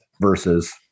versus